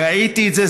ראיתי את זה,